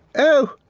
oh,